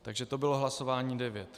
Takže to bylo hlasování devět.